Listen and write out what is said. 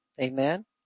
Amen